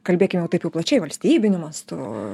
kalbėkim jau taip jau plačiai valstybiniu mastu